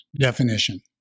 definition